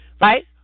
right